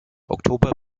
oktober